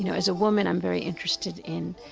you know as a woman, i'm very interested in